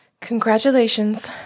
Congratulations